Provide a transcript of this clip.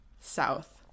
south